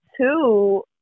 two